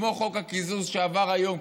כמו חוק הקיזוז שעבר היום,